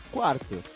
Quarto